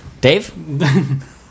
Dave